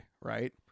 right